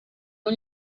non